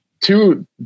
two